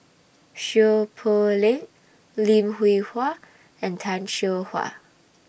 Seow Poh Leng Lim Hwee Hua and Tan Seow Huah